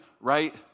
right